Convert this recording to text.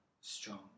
strong